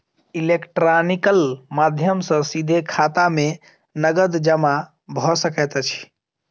electronical माध्यम सॅ सीधे खाता में नकद जमा भ सकैत अछि